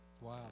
Wow